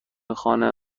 خانه